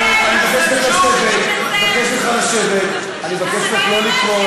אני מבקש ממך לשבת, אני מבקש ממך לא לקרוא.